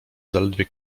zaledwie